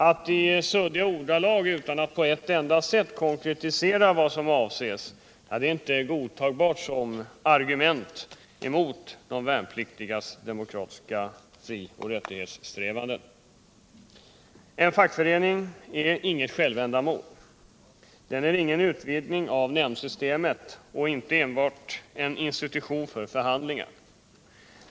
Ett uttalande i suddiga ordalag, utan att på ett enda sätt konkretisera vad som avses, är inte godtagbart som argument emot de värnpliktigas demokratiska fri och rättigheter. En fackförening är inget självändamål. Den är ingen utvidgning av nämndsystemet och inte enbart en institution för förhandlingar.